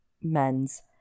men's